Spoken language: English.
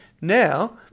Now